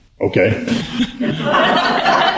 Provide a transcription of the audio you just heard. Okay